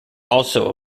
also